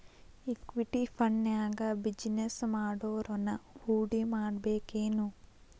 Equity ಫಂಡ್ನ್ಯಾಗ business ಮಾಡೊವ್ರನ ಹೂಡಿಮಾಡ್ಬೇಕೆನು?